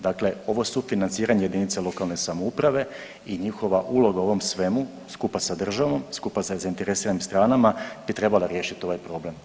Dakle ovo sufinanciranje jedinica lokalne samouprave i njihova uloga u ovom svemu, skupa sa državom, skupa sa zainteresiranim stranama bi trebala riješiti ovaj problem.